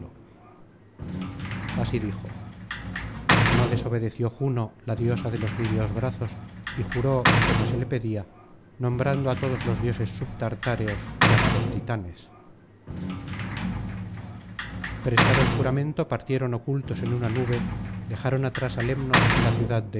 así dijo no desobedeció juno la diosa de los niveos brazos y juró como se le pedía nombrando á todos los dioses subtartáreos llamados titanes prestado el juramento partieron ocultos en una nube dejaron atrás á lemnos y la ciudad